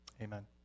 Amen